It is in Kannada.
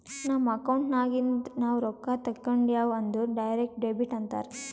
ನಮ್ ಅಕೌಂಟ್ ನಾಗಿಂದ್ ನಾವು ರೊಕ್ಕಾ ತೇಕೊಂಡ್ಯಾವ್ ಅಂದುರ್ ಡೈರೆಕ್ಟ್ ಡೆಬಿಟ್ ಅಂತಾರ್